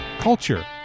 culture